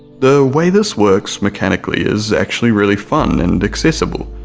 the way this works mechanically is actually really fun and accessible,